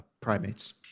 primates